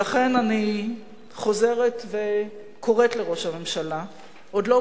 ולכן אני חוזרת וקוראת לראש הממשלה: עוד לא